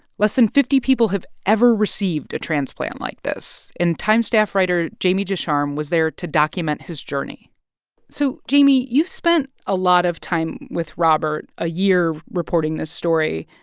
less than fifty people have ever received a transplant like this. and time staff writer jamie ducharme was there to document his journey so, jamie, you've spent a lot of time with robert a year reporting this story.